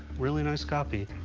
really nice copy.